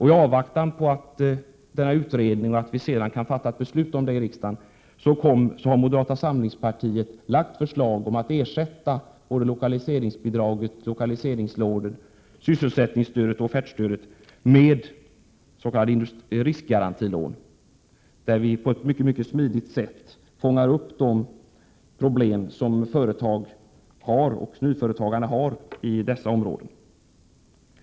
I avvaktan på att utredningen kommer med förslag som vi kan fatta beslut om i riksdagen, har moderata samlingspartiet framlagt förslag om att ersätta lokaliseringsbidraget, lokaliseringslånen, sysselsättningsstödet och offertstödet med s.k. riskgarantilån. Genom sådana skulle vi på ett mycket smidigt sätt fånga upp de problem som företag och särskilt nyföretagarna har i dessa områden.